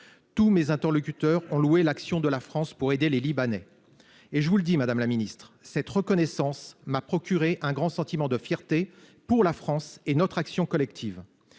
Tous mes interlocuteurs louent l'action menée par la France pour aider les Libanais. Je vous le dis, madame la ministre, cette reconnaissance m'a procuré un grand sentiment de fierté pour la France et pour notre action collective.